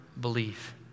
believe